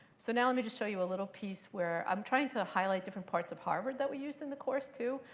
so now let me just show you a little piece where i'm trying to highlight different parts of harvard that we used in the course, too.